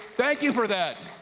thank you for that.